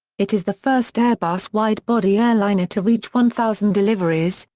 it is the first airbus wide-body airliner to reach one thousand deliveries,